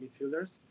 midfielders